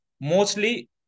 mostly